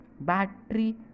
battery